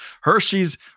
Hershey's